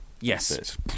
yes